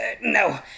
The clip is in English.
No